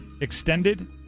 extended